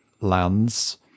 lands